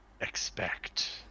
expect